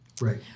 Right